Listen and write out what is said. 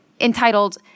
entitled